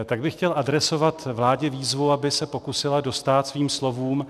Tak bych chtěl adresovat vládě výzvu, aby se pokusila dostát svým slovům.